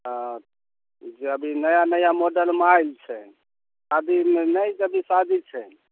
हाँ जे अभी नया नया मॉडलमे आयल छै शादीमे नहि यदि शादी छै